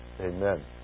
Amen